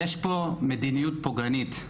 יש פה מדיניות פוגענית.